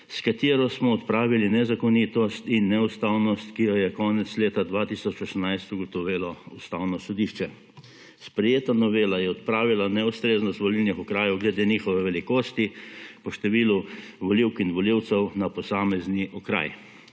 s katero smo odpravili nezakonitost in neustavnost, ki jo je konec leta 2018 ugotovilo Ustavno sodišče. Sprejeta novela je odpravila neustreznost volilnih okrajev glede njihove velikosti po številu volivk in volivcev na posamezni 28.